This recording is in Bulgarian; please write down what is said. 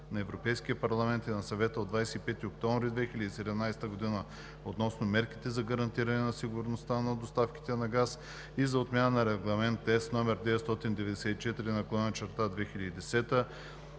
на Европейския парламент и на Съвета от 25 октомври 2017 г. относно мерките за гарантиране на сигурността на доставките на газ и за отмяна на Регламент (ЕС) № 994/2010